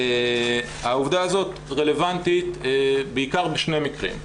העובדה הזאת רלוונטית בעיקר בשני מקרים: